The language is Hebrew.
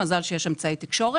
מזל שיש אמצעי תקשורת.